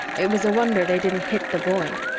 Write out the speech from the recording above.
it was a wonder they didn't hit the void.